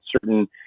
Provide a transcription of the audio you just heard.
certain